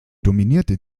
dominierte